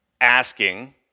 asking